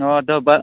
ꯑꯣ ꯑꯗꯣ ꯚꯔꯥ